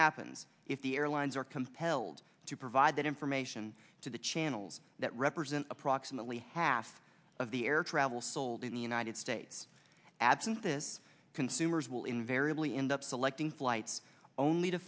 happens if the airlines are compelled to provide that information to the channels that represent approximately half of the air travel sold in the united states absent this consumers will invariably end up selecting flights only to